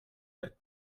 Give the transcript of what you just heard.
that